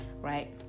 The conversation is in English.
right